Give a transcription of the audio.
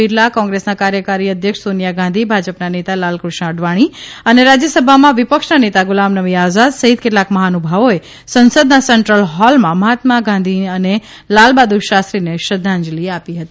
બીરલા કોગ્રેસના કાર્યકારી અધ્યક્ષ સોનીયા ગાંધી ભાજી ના નેતા લાલકૃષ્ણ અડવાણી અને રાજયસભામાં વિશ ક્ષના નેતા ગુલામનબી આઝાદ સહિત કેટલાક મહાનુભાવોએ સંસદના સેન્ટ્રલ હોલમાં મહાત્મા ગાંધીજી અને લાલ બહાદુર શાસ્ત્રીને શ્રધ્ધાંજલી આપી હતી